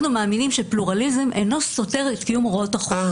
אנחנו מאמינים שפלורליזם אינו סותר את קיום הוראות החוק.